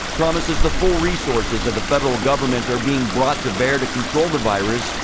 promises the full resources of the federal government are being brought to bear to control the virus,